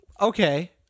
okay